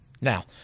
Now